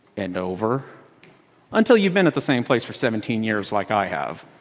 and over until you've been at the same place for seventeen years like i have.